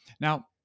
Now